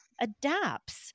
adapts